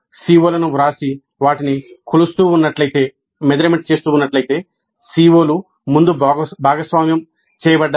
"CO లు ముందు భాగస్వామ్యం చేయబడ్డాయి